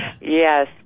Yes